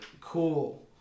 cool